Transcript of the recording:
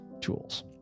tools